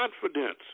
confidence